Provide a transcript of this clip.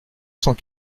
cents